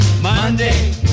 Monday